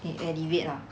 it elevate lah